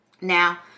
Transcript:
Now